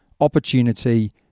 opportunity